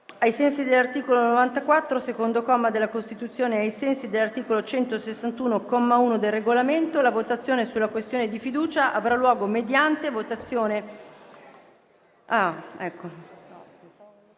ai sensi dell'articolo 94, secondo comma, della Costituzione e ai sensi dell'articolo 161, comma 1, del Regolamento, la votazione sulla questione di fiducia avrà luogo mediante votazione